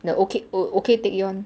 the okay o~ ok taecyeon